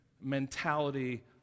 mentality